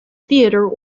theatre